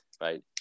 Right